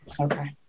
Okay